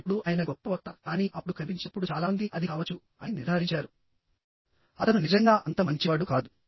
ఇప్పుడు ఆయన గొప్ప వక్త కానీ అప్పుడు కనిపించినప్పుడు చాలా మంది అది కావచ్చు అని నిర్ధారించారు అతను నిజంగా అంత మంచివాడు కాదు